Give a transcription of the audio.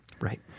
Right